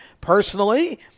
Personally